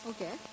Okay